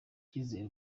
icyizere